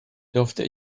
dürfte